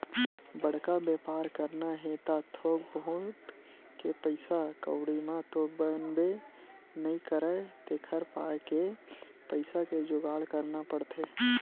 बड़का बेपार करना हे त थोक बहुत के पइसा कउड़ी म तो बनबे नइ करय तेखर पाय के पइसा के जुगाड़ करना पड़थे